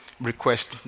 request